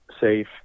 safe